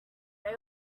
they